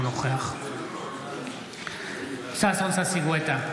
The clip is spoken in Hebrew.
אינו נוכח ששון ששי גואטה,